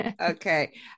okay